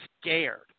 scared